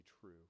true